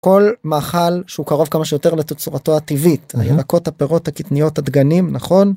כל מאכל שהוא קרוב כמה שיותר לצורתו הטבעית הילקות הפירות הקטניות הדגנים נכון.